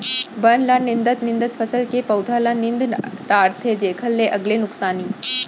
बन ल निंदत निंदत फसल के पउधा ल नींद डारथे जेखर ले अलगे नुकसानी